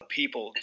people